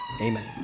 Amen